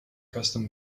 custom